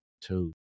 Two